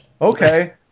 Okay